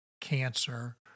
cancer